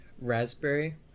raspberry